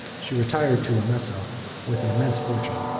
she retired to emesa with an immense fortune,